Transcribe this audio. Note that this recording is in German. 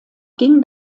ging